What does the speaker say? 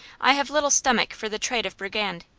i have little stomach for the trade of brigand.